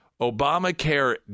Obamacare